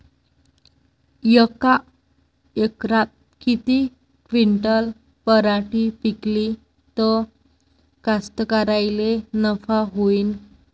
यका एकरात किती क्विंटल पराटी पिकली त कास्तकाराइले नफा होईन?